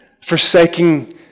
forsaking